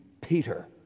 peter